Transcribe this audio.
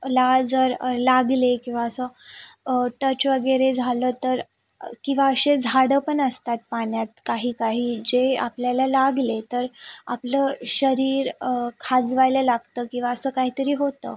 ला जर लागले किंवा असं टच वगैरे झालं तर किंवा असे झाडं पण असतात पाण्यात काहीकाही जे आपल्याला लागले तर आपलं शरीर खाजवायला लागतं किंवा असं काहीतरी होतं